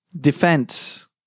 defense